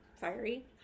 Fiery